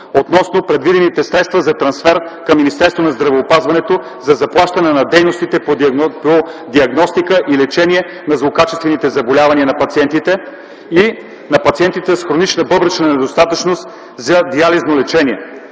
относно предвидените средства за трансфер към Министерството на здравеопазването за заплащане на дейностите по диагностика и лечение на злокачествените заболявания на пациентите и на пациентите с хронична бъбречна недостатъчност за диализно лечение.